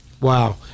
Wow